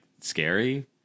scary